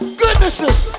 goodnesses